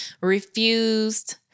refused